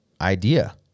idea